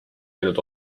võinud